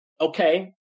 okay